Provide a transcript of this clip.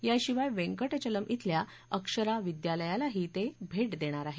याशिवाय वेंक अलम अल्या अक्षरा विद्यालयालाही ते भेट दिणार आहेत